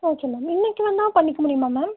okay ma'am இன்றைக்கு வந்தாலும் பண்ணிக்க முடியுமா மேம்